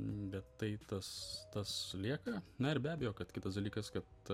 bet tai tas tas lieka na ir be abejo kad kitas dalykas kad